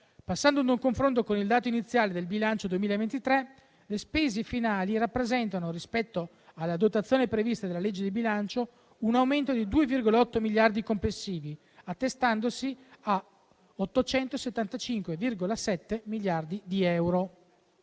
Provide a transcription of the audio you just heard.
Passando ad un confronto con il dato iniziale del bilancio 2023, le spese finali presentano, rispetto alle dotazioni previste dalla legge di bilancio, un aumento di 2,8 miliardi complessivi, attestandosi a 875,7 miliardi di euro.